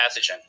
pathogen